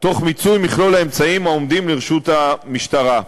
במיצוי מכלול האמצעים העומדים לרשות המשטרה.